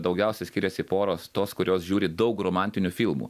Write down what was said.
daugiausia skiriasi poros tos kurios žiūri daug romantinių filmų